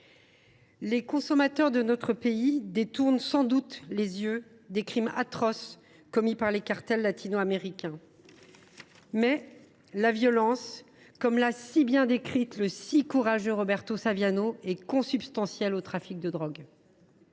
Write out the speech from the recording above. Les consommateurs de notre pays détournent sans doute les yeux des crimes atroces commis par les cartels latino américains. Pourtant, comme l’a si bien décrit le si courageux Roberto Saviano, la violence est consubstantielle au trafic de drogue.